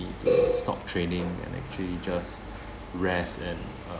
stop training and actually just rest and uh